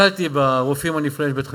אתכם